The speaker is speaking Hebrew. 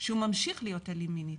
שהוא ממשיך להיות אלים מינים,